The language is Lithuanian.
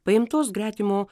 paimtos gretimo